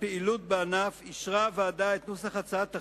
הפעילות בענף, אישרה הוועדה את נוסח הצעת החוק.